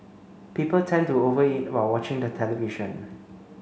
people tend to over eat while watching the television